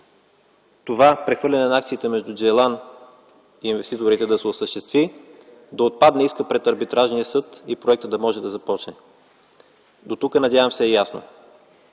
това прехвърляне на акциите между „Джейлан” и инвеститорите да се осъществи, да отпадне искът пред Арбитражния съд и проектът да може да започне. Дотук, надявам се, е ясно.